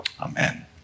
Amen